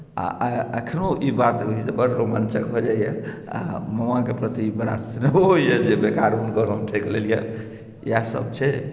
आ एखनहुँ ई बात होइत छै तऽ बड रोमाञ्चक भऽ जाइए आ मामाक प्रति बड़ा स्नेहो होइए जे बेकार हुनकर हम ठकि लेलियनि इएहसभ छै